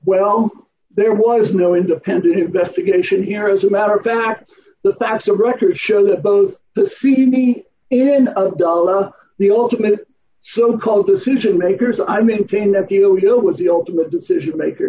well there was no independent investigation here as a matter of fact the faster records show that both the feeney in dulles the ultimate so called decision makers i maintain that deal was the ultimate decision maker